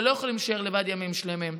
ולא יכולים להישאר לבד ימים שלמים.